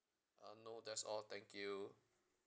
uh no that's all thank you